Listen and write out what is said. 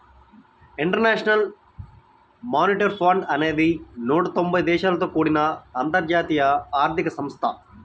international monetary fund అనేది నూట తొంబై దేశాలతో కూడిన అంతర్జాతీయ ఆర్థిక సంస్థ